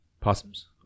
possums